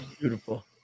Beautiful